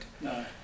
No